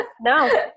no